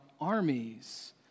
armies